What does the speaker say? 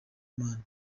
imana